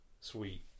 sweet